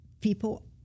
People